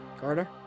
Carter